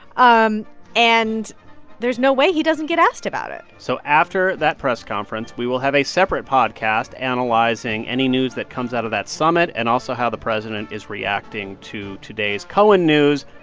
um and there's no way he doesn't get asked about it so after that press conference, we will have a separate podcast analyzing any news that comes out of that summit and also how the president is reacting to today's cohen news.